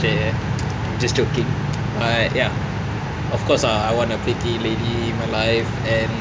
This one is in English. !chey! just joking but ya of course ah I want a pretty lady in my life and